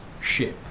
ship